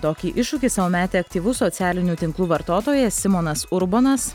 tokį iššūkį sau metė aktyvus socialinių tinklų vartotojas simonas urbonas